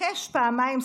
תבקש פעמיים סליחה: